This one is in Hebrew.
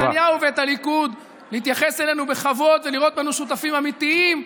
את נתניהו ואת הליכוד להתייחס אלינו בכבוד ולראות בנו שותפים אמיתיים,